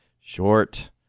short